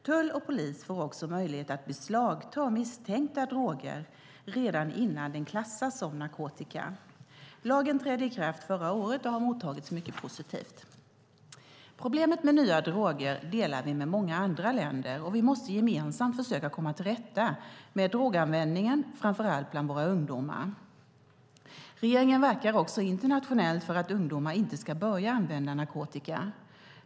Tull och polis får också möjlighet att beslagta misstänkta droger redan innan de klassas som narkotika. Lagen trädde i kraft förra året och har mottagits mycket positivt. Problemet med nya droger delar vi med många andra länder, och vi måste gemensamt försöka komma till rätta med droganvändningen framför allt bland våra ungdomar. Regeringen verkar också internationellt för att ungdomar inte ska börja använda narkotika.